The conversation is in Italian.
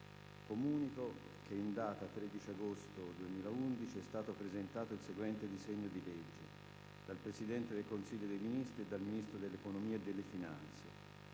decreti-legge». In data 13 agosto 2011, e` stato presentato il seguente disegno di legge: dal Presidente del Consiglio dei ministri e dal Ministro dell’economia e delle finanze: